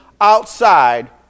outside